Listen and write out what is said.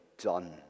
done